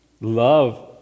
love